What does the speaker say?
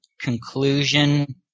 conclusion